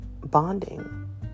bonding